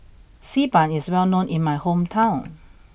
Xi Ban is well known in my hometown